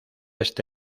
este